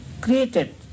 created